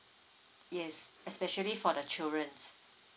yes especially for the children